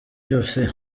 byose